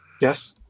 Yes